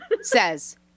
says